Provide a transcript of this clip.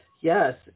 yes